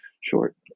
short